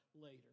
later